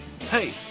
Hey